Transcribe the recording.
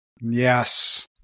Yes